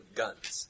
guns